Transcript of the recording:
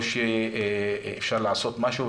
או שאפשר לעשות משהו.